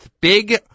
big